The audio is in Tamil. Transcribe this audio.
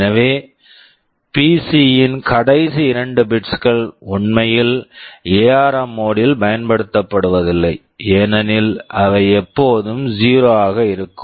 எனவே பிசி PC யின் கடைசி இரண்டு பிட்ஸ் bits கள் உண்மையில் எஆர்ம் ARM மோட் mode ல் பயன்படுத்தப்படுவதில்லை ஏனெனில் அவை எப்போதும் 0 ஆக இருக்கும்